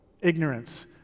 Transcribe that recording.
ignorance